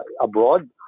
abroad